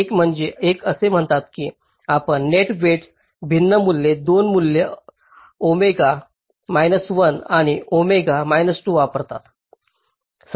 एक असे म्हणतात की आपण नेट वेईटस भिन्न मूल्ये 2 मूल्ये ओमेगा 1 आणि ओमेगा 2 वापरता